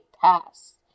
pass